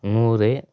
நூறு